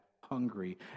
hungry